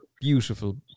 Beautiful